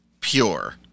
pure